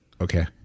Okay